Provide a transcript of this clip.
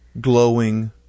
glowing